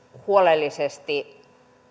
huolellisesti